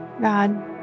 God